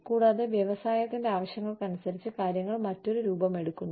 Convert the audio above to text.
കൂടാതെ വ്യവസായത്തിന്റെ ആവശ്യങ്ങൾക്കനുസരിച്ച് കാര്യങ്ങൾ മറ്റൊരു രൂപമെടുക്കുന്നു